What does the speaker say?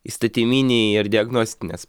įstatyminiai ir diagnostinės